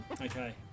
Okay